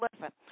listen